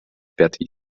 пятой